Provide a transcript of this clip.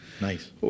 Nice